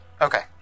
Okay